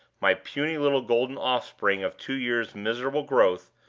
my puny little golden offspring of two years' miserable growth,